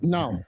Now